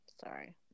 sorry